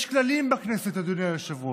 יש כללים בכנסת, אדוני היושב-ראש.